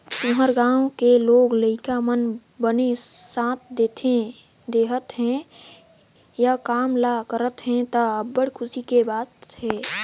तुँहर घर के लोग लइका मन बने साथ देहत हे, ए काम ल करत हे त, अब्बड़ खुसी के बात हे